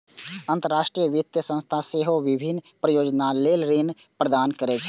अंतरराष्ट्रीय वित्तीय संस्थान सेहो विभिन्न परियोजना लेल ऋण प्रदान करै छै